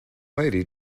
lady